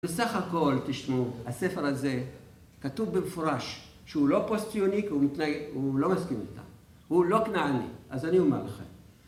בסך הכל, תשמעו, הספר הזה כתוב במפורש שהוא לא פוסט-ציוני, כי הוא מתנגד... הוא לא מסכים איתה, הוא לא כנעני, אז אני אומר לכם...